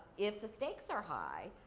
if the stakes are high,